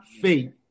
faith